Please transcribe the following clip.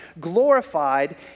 glorified